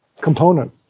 component